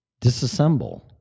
Disassemble